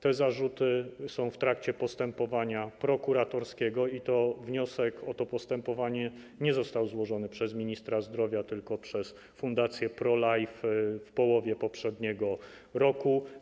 Te zarzuty są w trakcie postępowania prokuratorskiego i wniosek o to postępowanie nie został złożony przez ministra zdrowia, tylko przez fundację pro life w połowie poprzedniego roku.